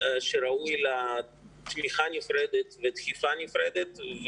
שראוי לתמיכה נפרדת ודחיפה נפרדת.